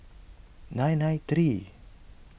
nine nine three